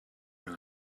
than